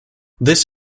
this